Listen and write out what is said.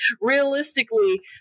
realistically